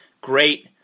great